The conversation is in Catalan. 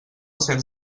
cens